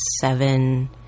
seven